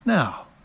Now